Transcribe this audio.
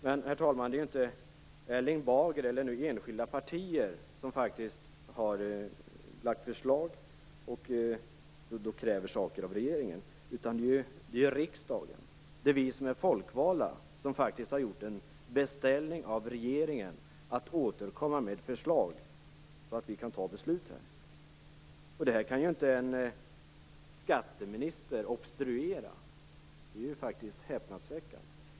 Men, herr talman, det är ju inte Erling Bager eller enskilda partier som har lagt fram förslag och krävt saker av regeringen, utan det är riksdagen. Det är faktiskt vi folkvalda som har gjort en beställning till regeringen om att återkomma med förslag så att vi kan fatta beslut. Det här kan inte en skatteminister obstruera. Det är faktiskt häpnadsväckande.